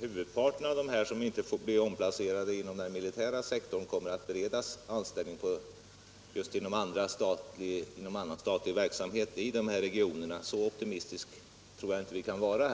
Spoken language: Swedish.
huvudparten av dem som inte omplaceras inom den militära sektorn kommer att beredas anställning just inom annan statlig verksamhet i de här regionerna. Så optimistiska tror jag inte att vi kan vara.